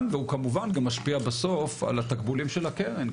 והוא כמובן גם משפיע בסוף על התקבולים של הקרן,